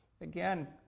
Again